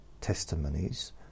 testimonies